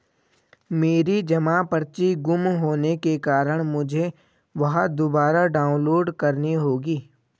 मेरी जमा पर्ची गुम होने के कारण मुझे वह दुबारा डाउनलोड करनी होगी